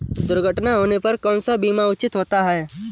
दुर्घटना होने पर कौन सा बीमा उचित होता है?